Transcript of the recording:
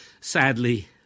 Sadly